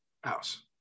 house